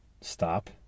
stop